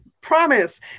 promise